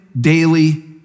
daily